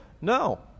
No